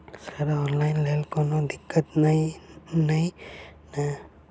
Sir online लैल कोनो दिक्कत न ई नै?